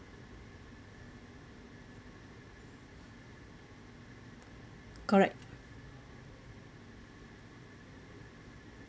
correct